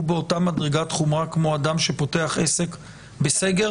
הוא באותה מדרגת חומרה כמו אדם שפותח עסק בסגר?